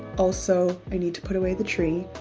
also, i need to put away the tree.